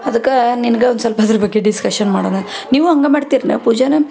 ಅದಕ್ಕೆ ನಿನ್ಗೆ ಒಂದು ಸ್ವಲ್ಪ ಅದ್ರ ಬಗ್ಗೆ ಡಿಸ್ಕಷನ್ ಮಾಡೋಣ ನೀವು ಹಂಗೆ ಮಾಡ್ತೀರಲ್ಲ ಪೂಜೆನ